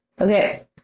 Okay